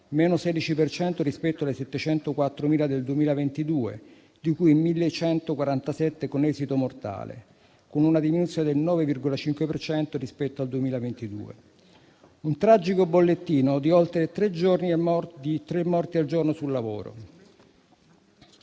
cento rispetto alle 704.000 del 2022), di cui 1.147 con esito mortale, con una diminuzione del 9,5 per cento rispetto al 2022. Un tragico bollettino di oltre tre morti al giorno sul lavoro. Come